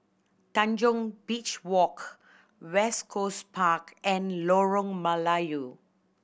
Tanjong Beach Walk West Coast Park and Lorong Melayu